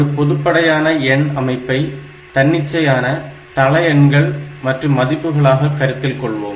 ஒரு பொதுப்படையான எண் அமைப்பை தன்னிச்சையான தளஎண்கள் மற்றும் மதிப்புகளாக கருத்தில் கொள்வோம்